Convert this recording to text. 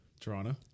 Toronto